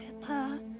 Papa